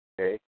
Okay